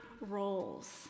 roles